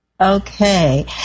Okay